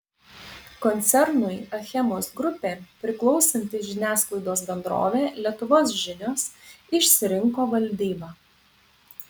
koncernui achemos grupė priklausanti žiniasklaidos bendrovė lietuvos žinios išsirinko valdybą